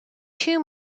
two